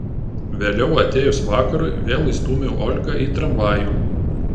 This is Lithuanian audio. vėliau atėjus vakarui vėl įstūmiau olgą į tramvajų